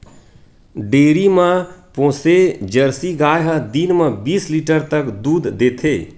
dairy म पोसे jersey गाय ह दिन म बीस लीटर तक दूद देथे